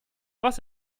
was